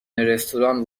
رستوران